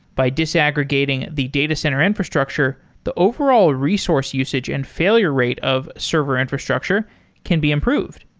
by disaggregating the data center infrastructure, the overall resource usage and failure rate of server infrastructure can be improved.